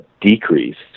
decreased